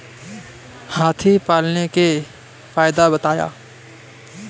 हाथी पालने के फायदे बताए?